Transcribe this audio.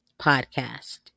podcast